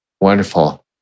Wonderful